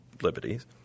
liberties